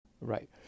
Right